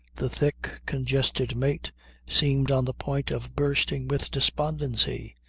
the thick, congested mate seemed on the point of bursting with despondency.